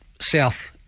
south